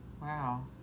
Wow